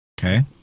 Okay